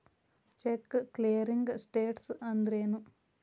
Check clearing status ಅಂದ್ರೇನು?